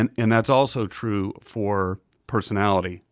and and that's also true for personality,